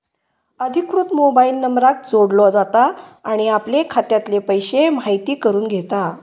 अधिकृत मोबाईल नंबराक जोडलो जाता आणि आपले खात्यातले पैशे म्हायती करून घेता